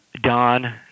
Don